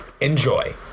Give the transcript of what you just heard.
Enjoy